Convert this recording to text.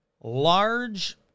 large